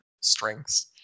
strengths